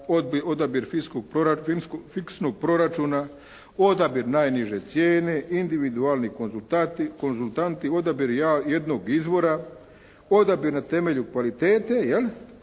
odabir fiksnog proračuna, odabir najniže cijene, individualni konzultanti, odabir jednog izvora, odabir na temelju kvalitete jel'.